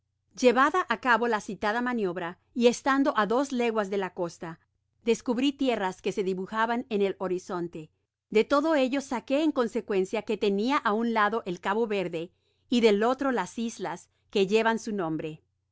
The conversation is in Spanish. llevada á cabo la citada maniobra y estando á dos leguas de la costa descubri tierras que se dibujaban en el horizonte de todo ello saqué en consecuencia que tenia á un lado el cabo verde y del otro las islas que llevan su nombre